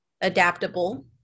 adaptable